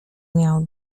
miał